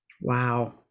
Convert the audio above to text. Wow